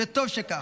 וטוב שכך,